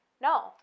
No